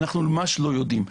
אנחנו ממש לא יודעים,